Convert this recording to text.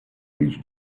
those